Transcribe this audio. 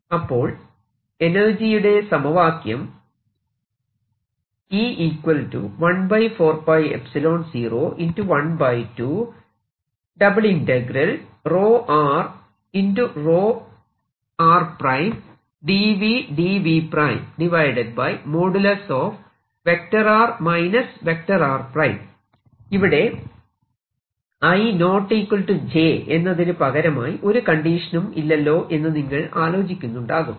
അപ്പോൾ എനർജിയുടെ സമവാക്യം ഇവിടെ i ≠ j എന്നതിന് പകരമായി ഒരു കണ്ടീഷനും ഇല്ലല്ലോ എന്ന് നിങ്ങൾ ആലോചിക്കുന്നുണ്ടാകും